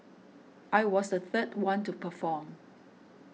I was the third one to perform